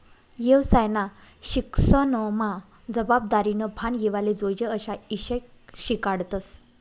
येवसायना शिक्सनमा जबाबदारीनं भान येवाले जोयजे अशा ईषय शिकाडतस